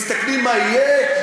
מסתכלים מה יהיה,